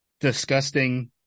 disgusting